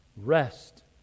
Rest